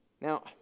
Now